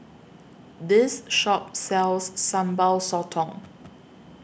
This Shop sells Sambal Sotong